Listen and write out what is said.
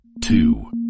Two